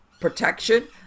protection